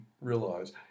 realize